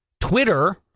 Twitter